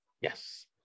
Yes